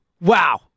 Wow